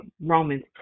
Romans